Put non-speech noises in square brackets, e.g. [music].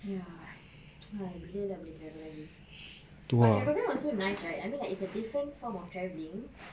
ya [noise] bila lah boleh travel lagi macam camper van was so nice right I mean like it's a different form of travelling